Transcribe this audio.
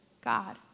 God